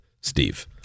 Steve